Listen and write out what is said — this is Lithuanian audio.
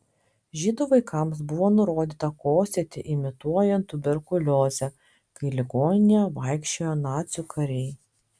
žydų vaikams buvo nurodyta kosėti imituojant tuberkuliozę kai ligoninėje vaikščiojo nacių kariai